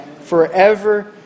forever